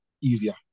easier